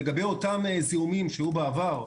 לגבי אותם זיהומים שהיו בעבר,